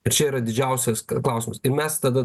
vat čia yra didžiausias klausimas ir mes tada